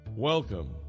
Welcome